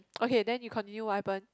okay then you continue what happen